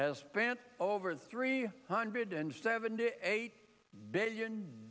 has spent over three hundred and seventy eight billion